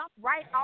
right